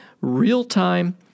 real-time